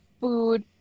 food